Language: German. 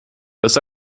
das